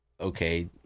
okay